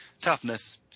toughness